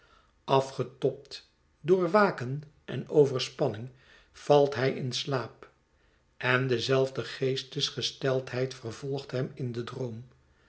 afgetobd door waken en overspanning valt hij in slaap en dezelfde geestgesteldheid vervolgt hem in den droom